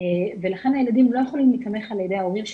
ולכן הילדים לא יכולים להיתמך על ידי ההורים שלהם,